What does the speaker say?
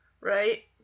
right